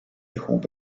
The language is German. erhob